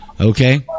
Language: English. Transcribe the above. okay